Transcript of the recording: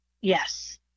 Yes